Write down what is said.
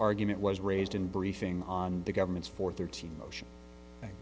argument was raised in briefing on the government's four thirteen motion